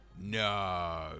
No